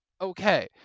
okay